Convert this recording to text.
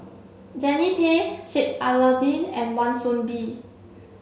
Jannie Tay Sheik Alau'ddin and Wan Soon Bee